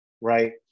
right